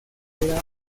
era